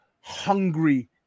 hungry